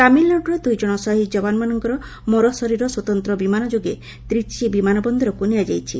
ତାମିଲନାଡୁର ଦୁଇ ଜଣ ଶହୀଦ୍ ଯବାନଙ୍କର ମର ଶରୀର ସ୍ୱତନ୍ତ୍ର ବିମାନ ଯୋଗେ ତ୍ରିଚି ବିମାନ ବନ୍ଦରକୁ ନିଆଯାଇଛି